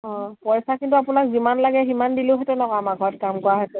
অঁ পইচা কিন্তু আপোনাক যিমান লাগে সিমান দিলোহেঁতেন আকৌ আমাৰ ঘৰত কাম কৰাহেঁতেন